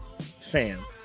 Fam